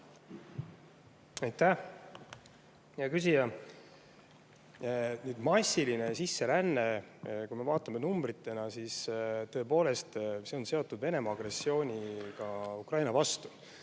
Aitäh, hea küsija! Massiline sisseränne, kui me vaatame numbritena, on tõepoolest seotud Venemaa agressiooniga Ukraina vastu.